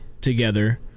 together